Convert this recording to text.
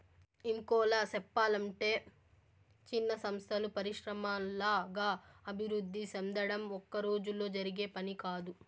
ఇంకోలా సెప్పలంటే చిన్న సంస్థలు పరిశ్రమల్లాగా అభివృద్ధి సెందడం ఒక్కరోజులో జరిగే పని కాదు